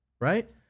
right